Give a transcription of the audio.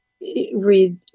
read